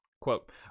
Quote